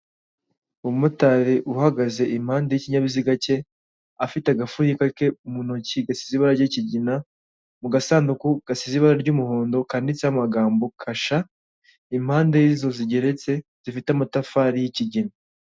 Icyapa kerekana amerekezo giherereye mu mujyi rwagati komeza uzamuka uraba ugana ku kibuga mpuzamahanga k'i Kanombe mu birometero bitanu, nukata ibumoso uragana ku nyubako ya Kigali komveshoni senta mu kilometero kimwe na metero maganabiri.